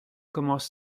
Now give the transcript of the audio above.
commence